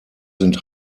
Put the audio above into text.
sind